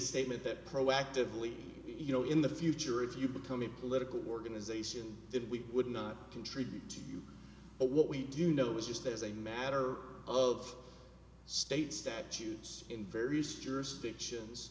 statement that proactively you know in the future if you become a political organization that we would not contribute to you but what we do know is just as a matter of state statues in various jurisdictions